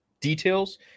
details